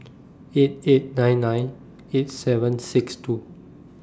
eight eight nine nine eight seven six two